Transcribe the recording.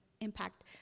impact